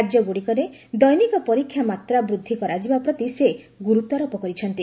ରାଜ୍ୟଗୁଡ଼ିକରେ ଦେନିକ ପରୀକ୍ଷା ମାତ୍ରା ବୃଦ୍ଧି କରାଯିବା ପ୍ରତି ସେ ଗୁରୁତ୍ୱାରୋପ କରୁଛନ୍ତି